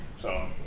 so,